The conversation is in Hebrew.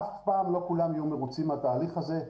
אף פעם לא כולם יהיו מרוצים מהתהליך הזה.